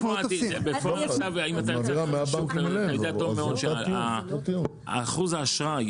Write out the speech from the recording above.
בפועל עכשיו אם אתה יוצא לשוק אתה יודע טוב מאוד שאחוז האשראי,